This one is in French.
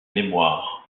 mémoires